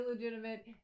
Illegitimate